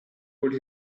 could